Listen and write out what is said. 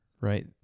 right